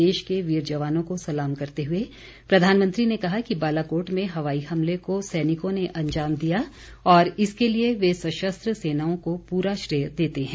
देश के वीर जवानों को सलाम करते हुए प्रधानमंत्री ने कहा कि बालाकोट में हवाई हमले को सैनिकों ने अंजाम दिया और इसके लिए वे सशस्त्र सेनाओं को पूरा श्रेय देते हैं